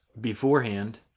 beforehand